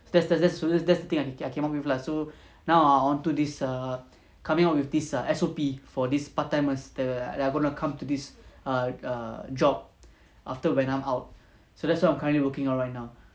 there's there's there's this thing I came up with lah so now onto this err coming out with this err S_O_P for this part timers the that are going to come to this err err job after when I'm out so that's what I'm currently working on right now